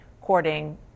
courting